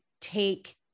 take